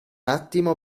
attimo